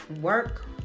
work